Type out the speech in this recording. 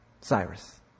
Cyrus